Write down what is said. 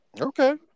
Okay